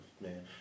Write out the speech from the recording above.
man